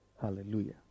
Hallelujah